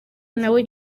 nawe